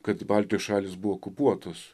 kad baltijos šalys buvo okupuotos